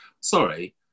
sorry